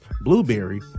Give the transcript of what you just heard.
Blueberry